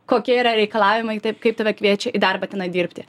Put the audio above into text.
kokie yra reikalavimai taip kaip tave kviečia į darbą tenai dirbti